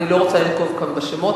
אני לא רוצה לנקוב כאן בשמות.